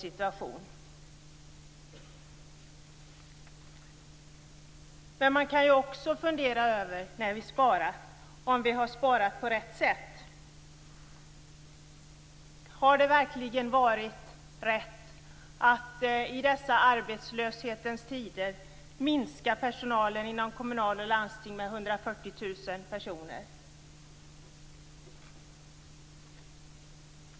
Vi kan också, när vi har sparat, fundera över om vi har sparat på rätt sätt. Har det verkligen varit rätt att i dessa tider av arbetslöshet minska personalen inom kommuner och landsting med 140 000 personer?